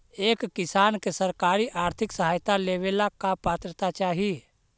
एक किसान के सरकारी आर्थिक सहायता लेवेला का पात्रता चाही?